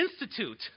institute